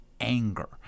anger